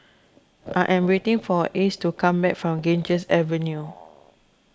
I am waiting for Ace to come back from Ganges Avenue